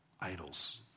idols